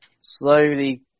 slowly